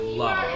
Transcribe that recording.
love